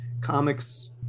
comics